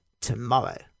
tomorrow